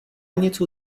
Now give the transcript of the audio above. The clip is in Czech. něco